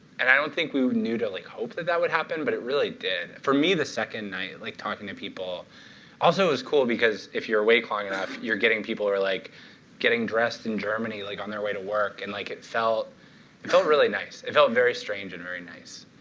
and i don't think we knew to like hope that that would happen, but it really did. for me, the second night, like talking to people also it was cool because if you're awake long enough, you're getting people who are like getting dressed in germany like on their way to work. and like it felt felt really nice. it felt very strange and very nice.